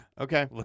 Okay